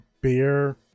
beer